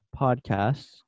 podcasts